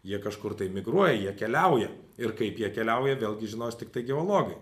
jie kažkur tai migruoja jie keliauja ir kaip jie keliauja vėlgi žinos tiktai geologai